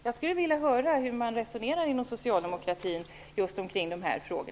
Jag skulle vilja höra hur man inom socialdemokratin resonerar i just dessa frågor.